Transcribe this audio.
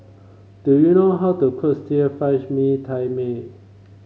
do you know how to cook still Fry Mee Tai Mak